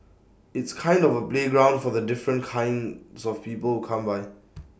it's kind of A playground for the different kinds of people who come by